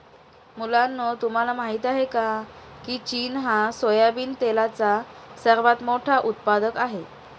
मुलांनो तुम्हाला माहित आहे का, की चीन हा सोयाबिन तेलाचा सर्वात मोठा उत्पादक आहे